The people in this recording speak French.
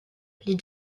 les